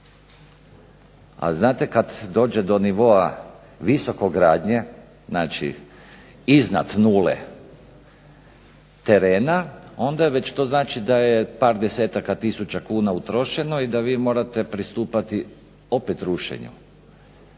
A znate kada dođe do nivoa visokogradnje znači iznad nule terena onda to znači da je par desetaka tisuća kuna utrošeno i da vi morate pristupati opet rušenju.